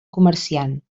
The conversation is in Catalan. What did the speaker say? comerciant